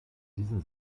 diesem